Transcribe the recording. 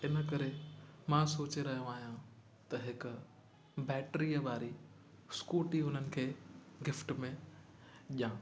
इनकरे मां सोचे रहियो आहियां त हिक बेट्रीअ वारी स्कूटी हुननि खे गिफ़्ट में ॾियां